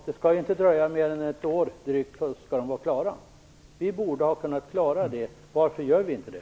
Det skall inte dröja mer än drygt ett år förrän de skall vara klara. Vi borde ha kunnat klara det. Varför gör vi inte det?